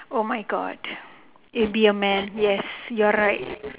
oh my god it will be a man yes you are right